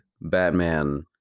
Batman